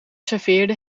serveerde